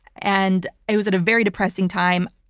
and it was at a very depressing time.